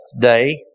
day